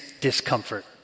discomfort